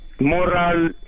moral